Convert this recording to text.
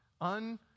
un